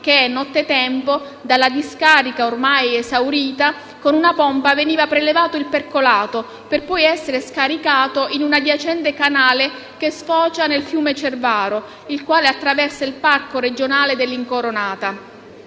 che nottetempo dalla discarica ormai esaurita con una pompa veniva prelevato il percolato per poi essere scaricato in un adiacente canale che sfocia nel fiume Cervaro, il quale attraversa il Parco regionale dell'Incoronata.